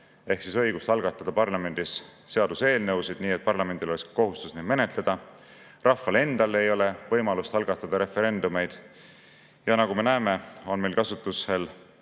ehk õigust algatada parlamendis seaduseelnõusid nii, et parlamendil oleks kohustus neid menetleda. Rahval endal ei ole võimalust algatada referendumeid. Nagu me näeme, on meil nii